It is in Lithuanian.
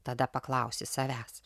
tada paklausė savęs